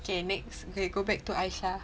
kay next go back to Aisyah